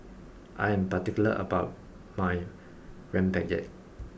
I am particular about my Rempeyek